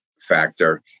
factor